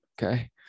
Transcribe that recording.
Okay